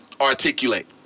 articulate